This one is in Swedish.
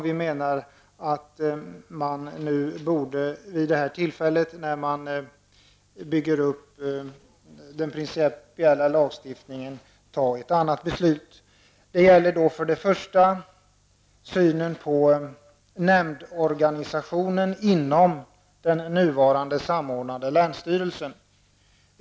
Vi menar att man borde ha fattat ett annat beslut nu när den principiella lagstiftningen håller på att byggas upp. Den första punkten gäller synen på nämndorganisationen inom den nuvarande samordnande länsstyrelsen.